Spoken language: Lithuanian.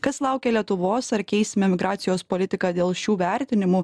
kas laukia lietuvos ar keisime migracijos politiką dėl šių vertinimų